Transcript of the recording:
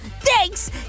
thanks